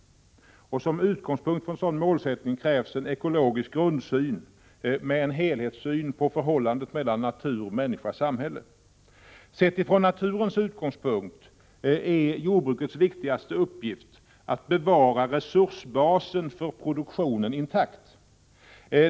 Som utgångspunkt för en sådan målsättning krävs en ekologisk grundsyn med en helhetssyn på förhållandet natur-människasamhälle. Sett från naturens utgångspunkt är jordbrukets viktigaste uppgift att bevara resursbasen för produktionen intakt.